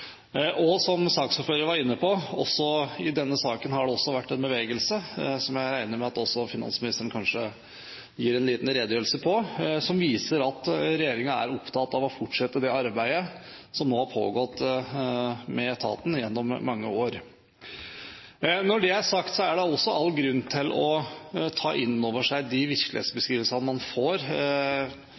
bedre kvaliteten. Saksordføreren var inne på at i denne saken har det vært en bevegelse – noe jeg regner med at finansministeren kanskje gir en liten redegjørelse om – som viser at regjeringen er opptatt av å fortsette det arbeidet som nå har pågått med etaten gjennom mange år. Når det er sagt, er det er all grunn til å ta inn over seg de virkelighetsbeskrivelsene man får.